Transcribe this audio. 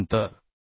age वरील अंतर मी 1